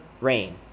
rain